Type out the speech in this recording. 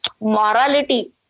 Morality